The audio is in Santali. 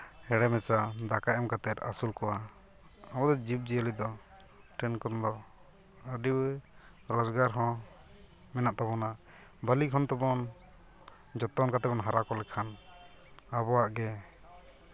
ᱦᱮᱲᱮ ᱢᱮᱥᱟ ᱫᱟᱠᱟ ᱮᱢ ᱠᱟᱛᱮᱫ ᱟᱹᱥᱩᱞ ᱠᱚᱣᱟ ᱟᱵᱚᱫᱚ ᱡᱤᱵᱽᱼᱡᱤᱭᱟᱹᱞᱤ ᱫᱚ ᱟᱹᱰᱤ ᱨᱳᱡᱽᱜᱟᱨ ᱦᱚᱸ ᱢᱮᱱᱟᱜ ᱛᱟᱵᱚᱱᱟ ᱵᱷᱟᱹᱞᱤ ᱠᱷᱚᱱ ᱛᱮᱵᱚᱱ ᱡᱚᱛᱚᱱ ᱠᱟᱛᱮᱫ ᱵᱚᱱ ᱦᱟᱨᱟᱠᱚ ᱞᱮᱠᱷᱟᱱ ᱟᱵᱚᱣᱟᱜ ᱜᱮ